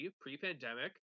pre-pandemic